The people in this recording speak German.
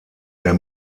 der